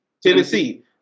Tennessee